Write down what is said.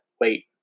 wait